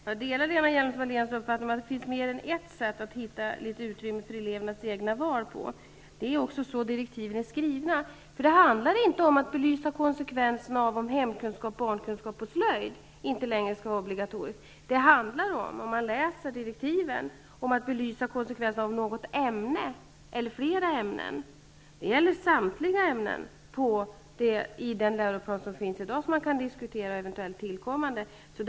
Fru talman! Jag delar Lena Hjelm-Walléns uppfattning, nämligen att det finns mer än ett sätt att hitta litet utrymme för elevernas egna val. Direktiven är också skrivna så. Det handlar nämligen inte om att belysa konsekvenserna av om hemkunskap, barnkunskap och slöjd inte längre skall vara obligatoriska. I stället handlar det om -- det framgår när man läser direktiven -- att belysa konsekvenserna av förändringar i något ämne eller i flera ämnen. Det gäller samtliga ämnen i den läroplan som finns i dag och eventuellt tillkommande också.